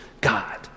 God